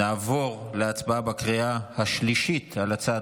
נעבור להצבעה בקריאה השלישית על הצעת